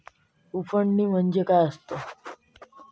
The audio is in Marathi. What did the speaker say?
उफणणी म्हणजे काय असतां?